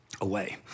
away